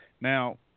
Now